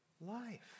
Life